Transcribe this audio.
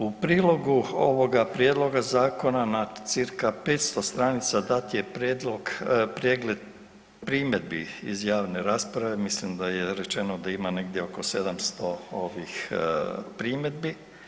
U prilogu ovoga prijedloga zakona nad cca. 500 stranica dat je prijedlog, pregled primjedbi iz javne rasprave, mislim da je rečeno da ima negdje oko 700 ovih primjedbi.